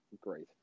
Great